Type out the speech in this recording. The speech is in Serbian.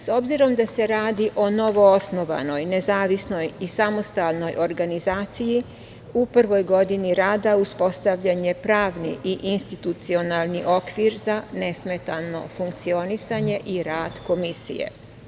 S obzirom da se radi o novoosnovanoj, nezavisnoj i samostalnoj organizaciji u prvoj godini rada uspostavljen je pravni i institucionalni okvir za nesmetano funkcionisanje i rad Komisije.